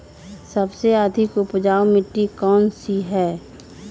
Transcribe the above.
सबसे अधिक उपजाऊ मिट्टी कौन सी हैं?